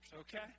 okay